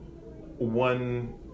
One